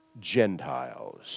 Gentiles